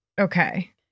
Okay